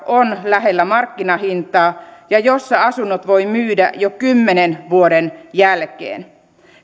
on lähellä markkinahintaa ja jossa asunnot voi myydä jo kymmenen vuoden jälkeen